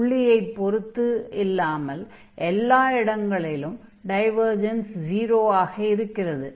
புள்ளியைப் பொறுத்து இல்லாமல் எல்லா இடங்களிலும் டைவர்ஜன்ஸ் 0 ஆக இருக்கிறது